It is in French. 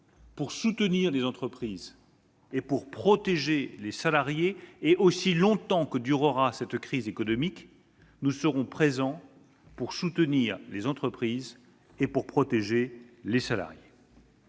pour soutenir les entreprises et pour protéger les salariés. Aussi longtemps que durera cette crise économique, nous serons présents pour soutenir les entreprises et pour protéger les salariés.